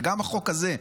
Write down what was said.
וגם החוק הזה,